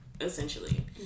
essentially